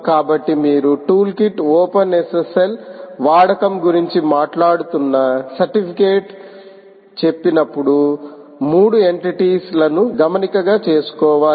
కాబట్టి మీరు టూల్కిట్ ఓపెన్ఎస్ఎస్ఎల్వాడకం గురించి మాట్లాడుతున్న సర్టిఫికేట్ చెప్పినప్పుడు 3 ఎంటటీ లను గమనికగా చేసుకోవాలి